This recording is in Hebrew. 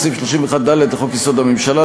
בהתאם לסעיף 31(ד) לחוק-יסוד: הממשלה,